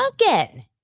again